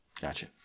Gotcha